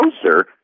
closer